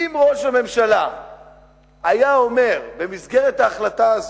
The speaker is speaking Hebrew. אם ראש הממשלה היה אומר במסגרת ההחלטה הזאת: